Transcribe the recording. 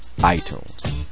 iTunes